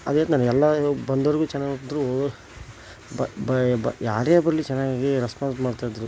ಅದು ಯಾಕೆ ನನಗೆ ಎಲ್ಲ ಬಂದವ್ರಿಗೂ ಚೆನ್ನಾಗಿದ್ರು ಹೋಗೊರ್ಗೆ ಬ ಬ ಬ ಯಾರೇ ಬರಲಿ ಚೆನ್ನಾಗಿ ರೆಸ್ಪಾನ್ಸ್ ಮಾಡ್ತಿದ್ದರು